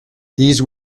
these